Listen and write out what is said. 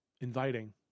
inviting